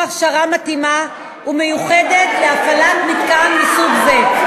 הכשרה מתאימה ומיוחדת להפעלת מתקן מסוג זה.